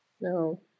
No